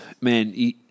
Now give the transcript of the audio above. man